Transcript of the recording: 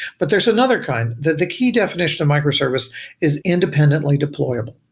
but there's another kind the the key definition of microservice is independently deployable.